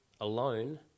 alone